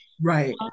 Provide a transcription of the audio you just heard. Right